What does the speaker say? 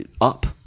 up